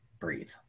breathe